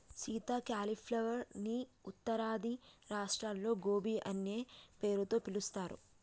Sita cauliflower ని ఉత్తరాది రాష్ట్రాల్లో గోబీ అనే పేరుతో పిలుస్తారు